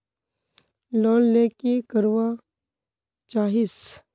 Loan ले की करवा चाहीस?